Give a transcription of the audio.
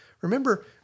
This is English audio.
Remember